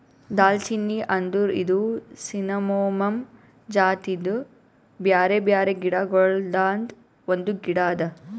ದಾಲ್ಚಿನ್ನಿ ಅಂದುರ್ ಇದು ಸಿನ್ನಮೋಮಮ್ ಜಾತಿದು ಬ್ಯಾರೆ ಬ್ಯಾರೆ ಗಿಡ ಗೊಳ್ದಾಂದು ಒಂದು ಗಿಡ ಅದಾ